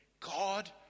God